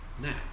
now